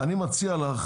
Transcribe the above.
אני מציע לך